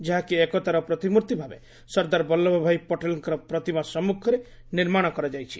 ଯାହାକି ଏକତାର ପ୍ରତିମର୍ତ୍ତି ଭାବେ ସର୍ଦ୍ଦାର ବଲ୍ଲଭ ଭାଇ ପଟେଲଙ୍କ ପ୍ରତିମା ସମ୍ମୁଖରେ ନିର୍ମାଣ କରାଯାଇଛି